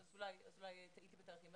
אולי טעיתי בתאריכים.